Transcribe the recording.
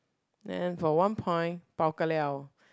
then for one point bao ka liao